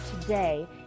today